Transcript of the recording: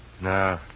No